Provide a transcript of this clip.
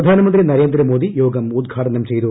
പ്രധാനമന്ത്രി നരേന്ദ്രമോദി യോഗം ഉദ്ഘാടനം ചെയ്തു